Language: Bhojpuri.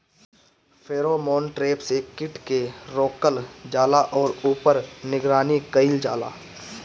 फेरोमोन ट्रैप से कीट के रोकल जाला और ऊपर निगरानी कइल जाला?